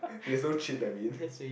he has no chin I mean